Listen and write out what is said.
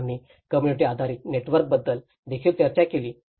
आणि आम्ही कॉम्युनिटी आधारित नेटवर्कबद्दल देखील चर्चा केली